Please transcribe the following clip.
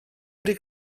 wedi